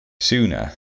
sooner